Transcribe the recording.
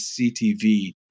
CTV